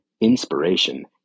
inspiration